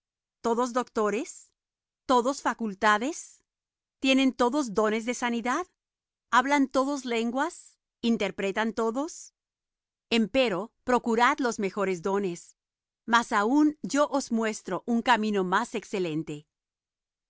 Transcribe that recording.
todos doctores todos facultades tienen todos dones de sanidad hablan todos lenguas interpretan todos empero procurad los mejores dones mas aun yo os muestro un camino más excelente